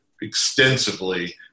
extensively